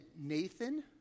Nathan